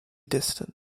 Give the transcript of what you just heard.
distant